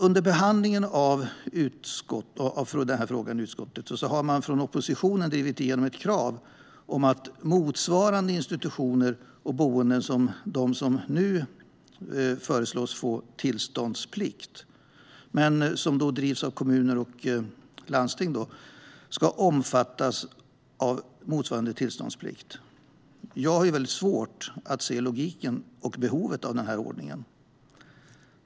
Under behandlingen av den här frågan i utskottet har oppositionen drivit igenom ett krav på att institutioner och boenden motsvarande dem som nu föreslås få tillståndsplikt men som drivs av kommuner och landsting också ska omfattas av tillståndsplikten. Jag har svårt att se logiken i det och behovet av den ordningen.